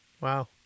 Wow